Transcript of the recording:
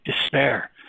despair